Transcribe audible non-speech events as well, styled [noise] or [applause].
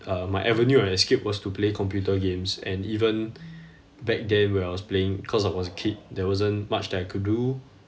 uh my avenue of escape was to play computer games and even [breath] back then when I was playing cause I was a kid there wasn't much that I could do